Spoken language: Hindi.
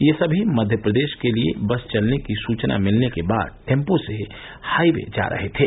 ये सभी मध्य प्रदेश के लिए बस चलने की सुचना मिलने के बाद टैंपो से जा हाईवे जा रहे थे